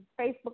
Facebook